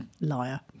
Liar